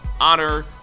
honor